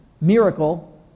miracle